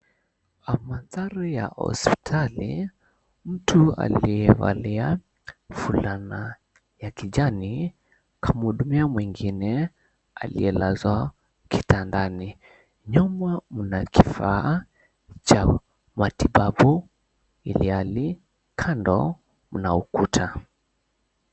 Almandhari ya hosipitali mtu aliyevalia fulana ya kijani kamhudumia mwingine aliyelazwa kitandani nyuma, mna kifaa cha matibabu ilhali kando mna ukuta.